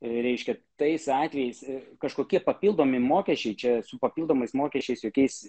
reiškia tais atvejais ir kažkokie papildomi mokesčiai čia su papildomais mokesčiais jokiais